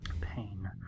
Pain